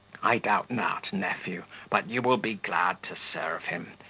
i doubt not, nephew, but you will be glad to serve him,